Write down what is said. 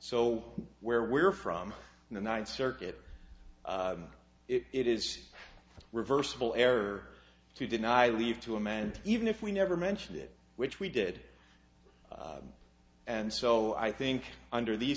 so where we're from the ninth circuit it is reversible error to deny leave to a man even if we never mentioned it which we did and so i think under these